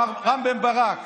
מר רם בן ברק,